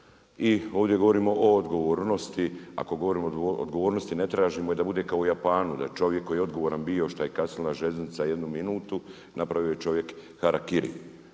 i ovdje govorimo o odgovornosti. A ako govorimo o odgovornosti ne tražimo da bude kao u Japanu da čovjek koji je odgovoran bio šta je kasnila željeznica jednu minutu napravio je čovjek harakiri.